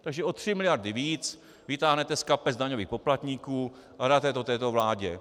Takže o tři miliardy víc vytáhnete z kapes daňových poplatníků a dáte je této vládě.